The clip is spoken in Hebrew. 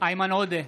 איימן עודה,